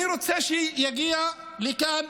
אני רוצה שהוא יגיע לכאן,